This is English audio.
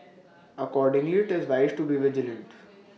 accordingly IT is wise to be vigilant